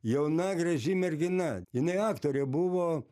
jauna graži mergina jinai aktorė buvo